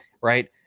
Right